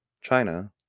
China